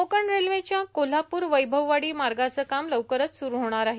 कोकण रेल्वेच्या कोल्हापूर वैभववाडी मार्गाचं काम लवकरच स्रुरु होणार आहे